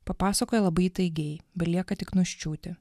papasakoja labai įtaigiai belieka tik nuščiūti